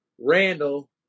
Randall